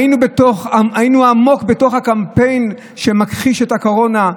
היינו עמוק בתוך הקמפיין שמכחיש את הקורונה,